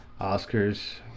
Oscars